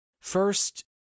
First